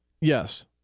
Yes